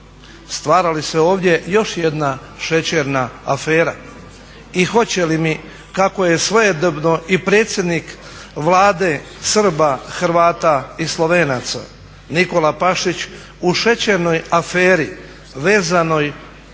Stvara li se ovdje još jedna šećerna afera? I hoće li mi kako je svojedobno i predsjednik vlade Srba, Hrvata i Slovenaca Nikola Pašić u šećernoj aferi vezanoj